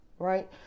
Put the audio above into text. Right